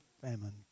famine